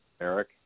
Eric